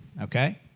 Okay